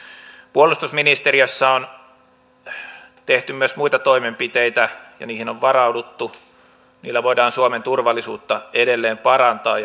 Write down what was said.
puolustusministeriössä on tehty myös muita toimenpiteitä ja niihin on varauduttu niillä voidaan suomen turvallisuutta edelleen parantaa